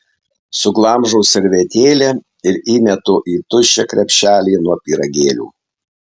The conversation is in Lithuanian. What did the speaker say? suglamžau servetėlę ir įmetu į tuščią krepšelį nuo pyragėlių